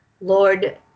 Lord